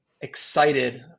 excited